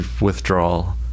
withdrawal